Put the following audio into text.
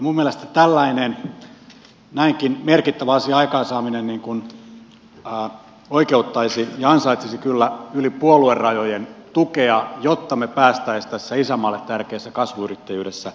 minun mielestäni tällainen näinkin merkittävän asian aikaansaaminen oikeuttaisi ja ansaitsisi kyllä tukea yli puoluerajojen jotta me pääsisimme tässä isänmaalle tärkeässä kasvuyrittäjyydessä eteenpäin